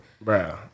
Bro